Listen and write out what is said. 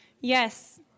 Yes